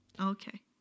Okay